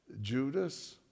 Judas